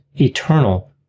eternal